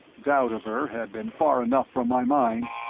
doubt of her had been far enough from my mind,